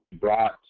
brought